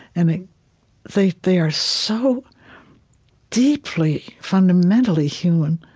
and ah they they are so deeply, fundamentally human.